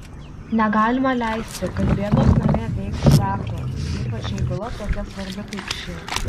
negalima leisti kad bėdos namie veiktų darbą ypač jei byla tokia svarbi kaip ši